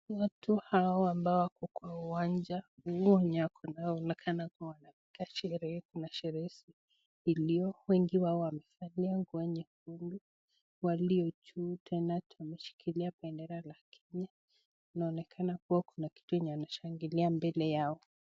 Watu hawa ambao wako kwa uwanja nguo yenye wako nayo inaonekana kuwa wanapiga sherehe kuna sherehe iliyo wengi wao wamevalia nguo nyekundu waliojuu tena wameshikilia bendera la kenya inaonekana kuwa kuna kitu wanashangilia mbele yao.